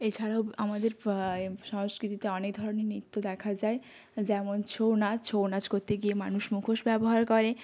এছাড়াও আমাদের সংস্কৃতিতে অনেক ধরনের নৃত্য দেখা যায় যেমন ছৌ নাচ ছৌ নাচ করতে গিয়ে মানুষ মুখোশ ব্যবহার করে